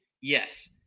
Yes